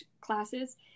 classes